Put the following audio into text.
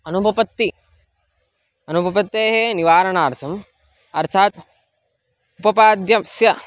अनुपपत्तिः अनुपपत्तेः निवारणार्थम् अर्थात् उपपाद्यस्य